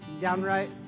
downright